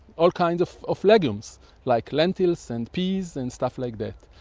all kinds of of legumes like lentils and peas and stuff like that.